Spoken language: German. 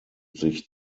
sich